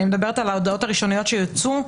אני מדברת על ההודעות הראשוניות שייצאו.